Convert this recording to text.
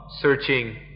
searching